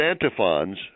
antiphons